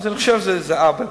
אני חושב שזה עוול.